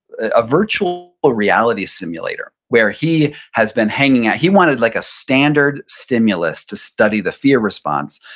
a virtual ah reality simulator where he has been hanging out he wanted like a standard stimulus to study the fear response.